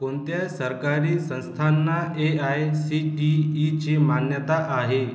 कोणत्या सरकारी संस्थांना ए आय सी टी ईची मान्यता आहे